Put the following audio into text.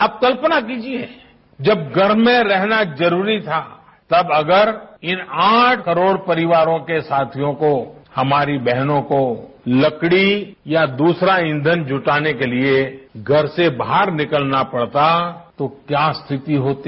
आप कल्पना कीजिए जब घर में रहना जरूरी था तब अगर इन आठ करोड परिवारों के साथियों को हमारी बहनों को लकडी या दूसरा ईंधन जुटाने के लिए घर से बाहर निकलना पडता तो क्या स्थिति होती